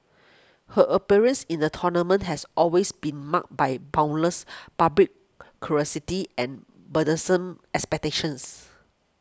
her appearance in the tournament has always been marked by boundless public curiosity and burdensome expectations